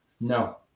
No